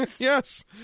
Yes